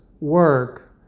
work